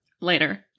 later